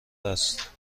است